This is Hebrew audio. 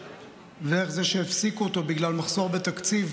ואיך זה שהפסיקו אותו בגלל מחסור בתקציב,